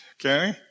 Okay